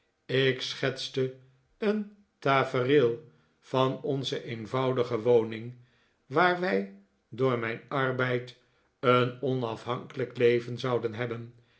ik schetste een tafereel van onze eenvoudige woning waar wij door mijn arbeid een onafhankelijk leven zouden hebben